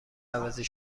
عوضی